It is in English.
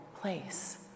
place